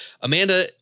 Amanda